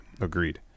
Agreed